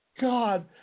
God